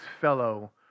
fellow